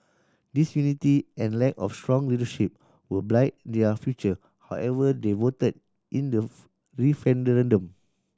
disunity and lack of strong leadership will blight their future however they voted in the referendum